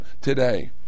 today